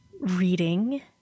reading